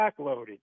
backloaded